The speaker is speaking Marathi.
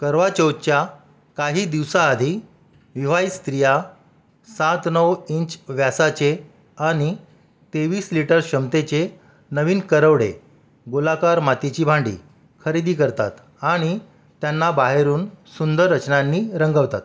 करवा चौथच्या काही दिवसाआधी विवाहित स्त्रिया सात नऊ इंच व्यासाचे आणि तेवीस लिटर क्षमतेचे नवीन करवडे गोलाकार मातीची भांडी खरेदी करतात आणि त्यांना बाहेरून सुंदर रचनांनी रंगवतात